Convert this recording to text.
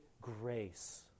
grace